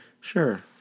Sure